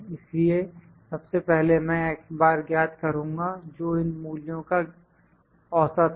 इसलिए सबसे पहले मैं x बार ज्ञात करूँगा जो इन मूल्यों का औसत है